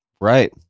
Right